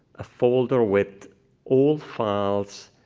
a folder with old files,